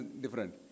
different